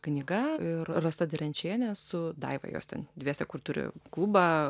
knyga ir rasa derenčienė su daiva jos ten dviese kur turi klubą